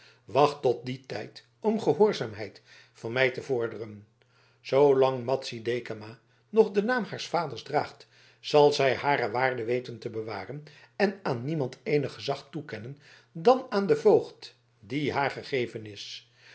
wacht tot dien tijd om gehoorzaamheid van mij te vorderen zoolang madzy dekama nog den naam haars vaders draagt zal zij hare waarde weten te bewaren en aan niemand eenig gezag toekennen dan aan den voogd die haar